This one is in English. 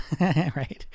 Right